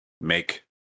make